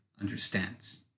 understands